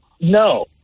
No